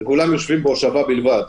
וכולם יושבים בהושבה בלבד,